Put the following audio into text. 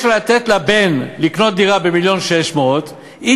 לה לתת לבן לקנות דירה במיליון ו-600,000,